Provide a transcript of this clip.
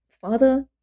father